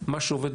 אגב,